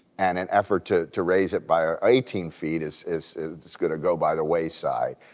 and an effort to to raise it by ah eighteen feet is is going to go by the wayside.